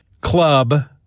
club